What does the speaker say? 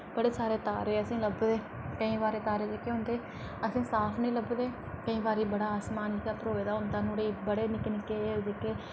बड़े सारे तारे असें लभदे केईं बारी तारे जेह्के होंदे असें साफ नेईं लभदे केईं बारी बड़ा आसमान जेह्का भरोए दा होंदा नुआढ़े बड़े निक्के निक्के जेह्के